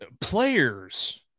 Players